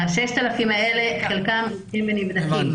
חלק מה-6,000 האלה הולכים ונבדקים.